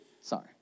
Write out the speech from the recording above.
sorry